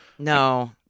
No